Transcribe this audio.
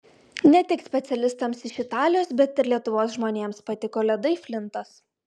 ne tik specialistams iš italijos bet ir lietuvos žmonėms patiko ledai flintas